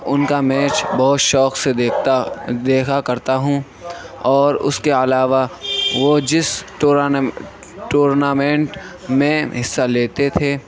ان کا میچ بہت شوق سے دیکھتا دیکھا کرتا ہوں اور اس کے علاوہ وہ جس ٹورنامنٹ میں حصہ لیتے تھے